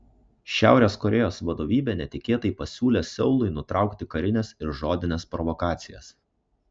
šiaurės korėjos vadovybė netikėtai pasiūlė seului nutraukti karines ir žodines provokacijas